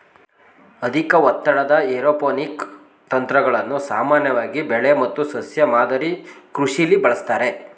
ಅಧಿಕ ಒತ್ತಡದ ಏರೋಪೋನಿಕ್ ತಂತ್ರಗಳನ್ನು ಸಾಮಾನ್ಯವಾಗಿ ಬೆಳೆ ಮತ್ತು ಸಸ್ಯ ಮಾದರಿ ಕೃಷಿಲಿ ಬಳಸ್ತಾರೆ